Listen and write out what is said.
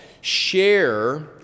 share